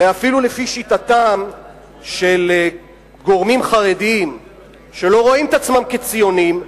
הרי אפילו לפי שיטתם של גורמים חרדיים שלא רואים את עצמם כציונים,